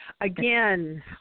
again